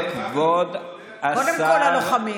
קודם כול הלוחמים.